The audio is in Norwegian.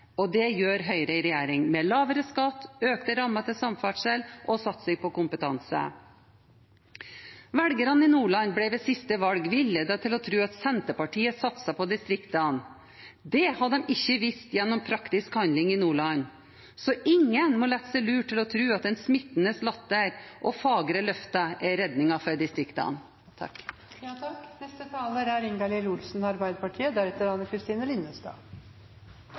og det gjør Høyre i regjering, med lavere skatt, økte rammer til samferdsel og satsing på kompetanse. Velgerne i Nordland ble ved siste valg villedet til å tro at Senterpartiet satset på distriktene. Det har de ikke vist gjennom praktisk handling i Nordland. Så ingen må la seg lure til å tro at en smittende latter og fagre løfter er redningen for distriktene.